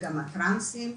וגם הטרנסים.